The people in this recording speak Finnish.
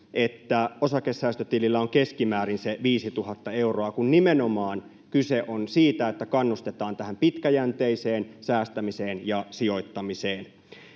että osakesäästötilillä on keskimäärin se 5 000 euroa, kun nimenomaan kyse on siitä, että kannustetaan tähän pitkäjänteiseen säästämiseen ja sijoittamiseen.